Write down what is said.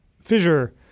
fissure